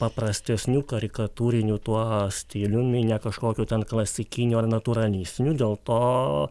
paprastesniu karikatūriniu tuo stiliumi ne kažkokiu ten klasikiniu ar natūralistiniu dėl to